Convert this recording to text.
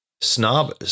snob